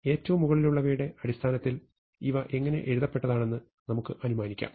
ഏറ്റവും മുകളിലുള്ളവയുടെ അടിസ്ഥാനത്തിൽ ഇവ ഇങ്ങനെ എഴുതപ്പെട്ടതാണെന്ന് നമുക്ക് അനുമാനിക്കാം